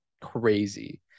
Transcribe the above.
crazy